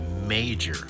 major